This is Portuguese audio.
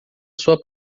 sua